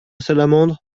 salamandre